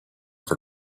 for